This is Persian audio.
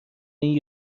این